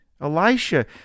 Elisha